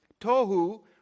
Tohu